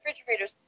refrigerators